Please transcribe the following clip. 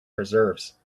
preserves